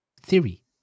theory